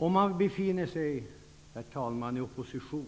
Om man befinner sig i opposition,